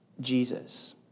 Jesus